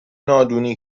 نادونی